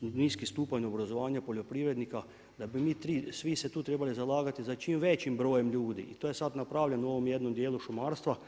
niski stupanj obrazovanja poljoprivrednika da bi mi svi se tu trebali zalagati za čim većim brojem ljudi i to je sada napravljeno u ovom jednom dijelu šumarstva.